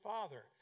Father